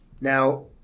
Now